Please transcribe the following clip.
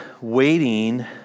waiting